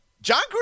John